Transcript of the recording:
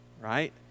right